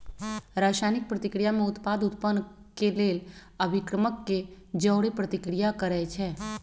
रसायनिक प्रतिक्रिया में उत्पाद उत्पन्न केलेल अभिक्रमक के जओरे प्रतिक्रिया करै छै